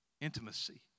intimacy